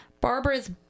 Barbara's